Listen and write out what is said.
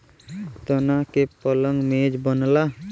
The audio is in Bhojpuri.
तना के पलंग मेज बनला